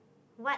what